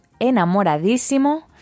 enamoradísimo